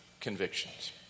convictions